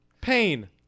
pain